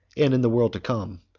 and in the world to come,